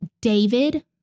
David